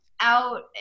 out